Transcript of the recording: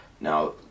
Now